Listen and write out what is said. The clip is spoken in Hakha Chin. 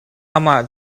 amah